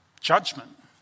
judgment